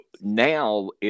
now